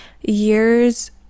years